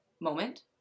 moment